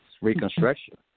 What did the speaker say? Reconstruction